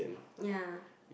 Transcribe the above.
ya